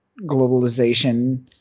globalization